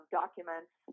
documents